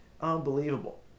unbelievable